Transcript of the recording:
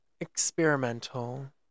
experimental